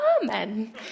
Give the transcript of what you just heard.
Amen